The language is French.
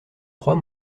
trois